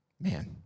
man